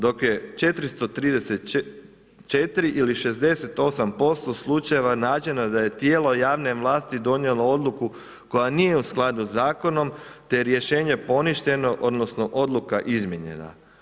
Dok je 434 ili 68% slučajeva nađeno da je tijelo javne vlasti donijelo odluku koja nije u skladu s zakonom, te je rješenje poništeno, odnosno, odluka izmijenjena.